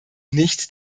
nicht